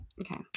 Okay